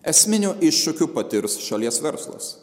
esminių iššūkių patirs šalies verslas